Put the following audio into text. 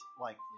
likely